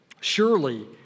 Surely